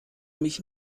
mich